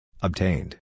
Obtained